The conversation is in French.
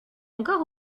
encore